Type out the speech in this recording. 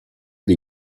dei